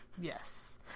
Yes